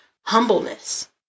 humbleness